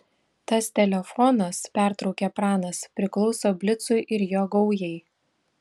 tas telefonas pertraukė pranas priklauso blicui ir jo gaujai